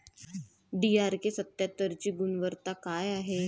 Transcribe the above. DRK सत्यात्तरची गुनवत्ता काय हाय?